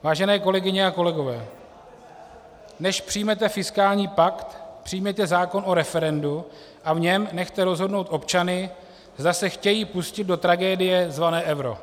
Vážené kolegyně a kolegové, než přijmete fiskální pakt, přijměte zákon o referendu a v něm nechte rozhodnout občany, zda se chtějí pustit do tragédie zvané euro.